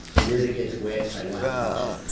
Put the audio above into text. the minute it gets wet they won't touch it.